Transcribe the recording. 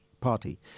Party